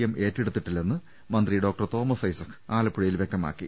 M ഏറ്റെടുത്തിട്ടില്ലെന്ന് മന്ത്രി doctor Thomas Isaac Alappuzha യിൽ വ്യക്തമാക്കി